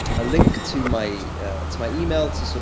ah link to my to my email to, sort